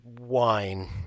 wine